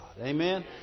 Amen